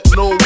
no